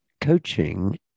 coaching